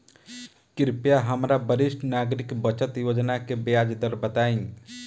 कृपया हमरा वरिष्ठ नागरिक बचत योजना के ब्याज दर बताई